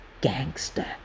gangster